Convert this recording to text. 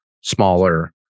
smaller